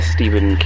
Stephen